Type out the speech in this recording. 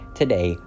today